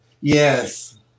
Yes